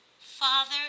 Father